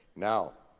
now.